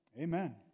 Amen